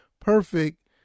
perfect